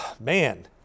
Man